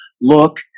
Look